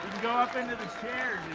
go up into the chair.